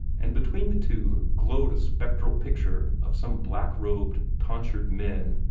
and between the two glowed a spectral picture of some black-robed tonsured men,